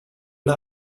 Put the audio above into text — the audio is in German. der